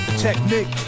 Technique